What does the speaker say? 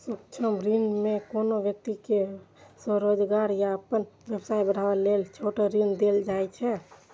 सूक्ष्म ऋण मे कोनो व्यक्ति कें स्वरोजगार या अपन व्यवसाय बढ़ाबै लेल छोट ऋण देल जाइ छै